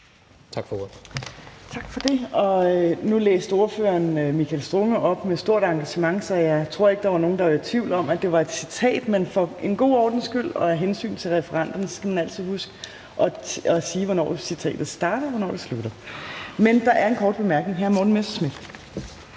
Tak for ordet.